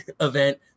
event